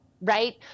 right